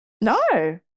No